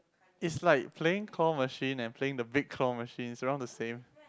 is like playing claw machine and playing the big claw machine is around the same